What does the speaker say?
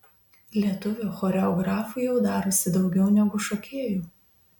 lietuvių choreografų jau darosi daugiau negu šokėjų